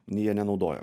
jie nenaudoja